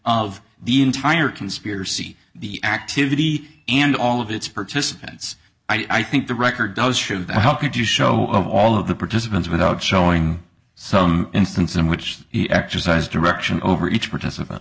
of the entire conspiracy the activity and all of its participants i think the record does show that how could you show of all of the participants without showing some instance in which he exercised direction over each participant